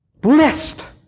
blessed